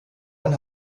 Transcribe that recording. ein